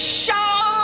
show